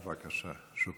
בבקשה, שוכרן.